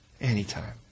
Anytime